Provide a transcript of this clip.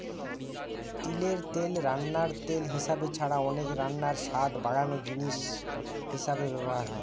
তিলের তেল রান্নার তেল হিসাবে ছাড়া অনেক রান্নায় স্বাদ বাড়ানার জিনিস হিসাবে ব্যভার হয়